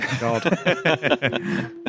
God